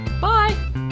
Bye